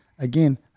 Again